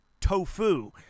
tofu